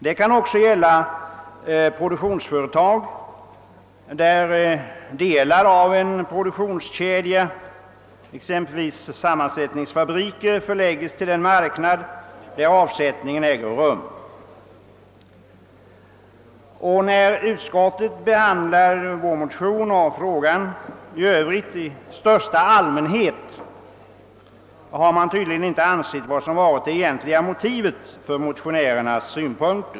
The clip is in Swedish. Det kan också gälla produktionsföretag där delar av en produktionskedja, exempelvis sammansättningsfabriker, förlägges till den marknad där avsättningen äger rum. När utskottet behandlat våra motioner — för övrigt i största allmänhet — har man tydligen inte insett vad som varit det egentliga motivet för motionärerna.